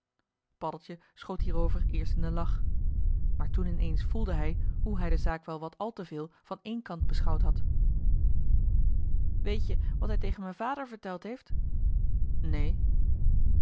paddeltje schoot hierover eerst in den lach maar toen ineens voelde hij hoe hij de zaak wel wat al te veel van één kant beschouwd had weet-je wat hij tegen m'n vader verteld heeft neen